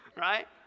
Right